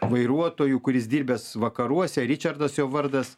vairuotoju kuris dirbęs vakaruose ričardas jo vardas